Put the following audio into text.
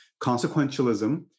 consequentialism